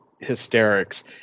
hysterics